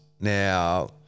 Now